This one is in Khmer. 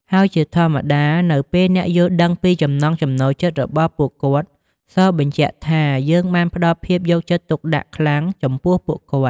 ហើយជាធម្មតា នៅពេលអ្នកយល់ដឹងពីចំណង់ចំណូលចិត្តរបស់ពួកគាត់ សបញ្ជាក់ថាយើងបានផ្ដល់ភាពយកចិត្តទុកដាក់ខ្លាំងចំពោះពួកគាត់។